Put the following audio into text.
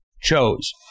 chose